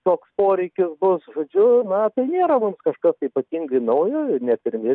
toks poreikis bus žodžiu na tai nėra mums kažkas tai ypatingai naujo net irgi